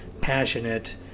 passionate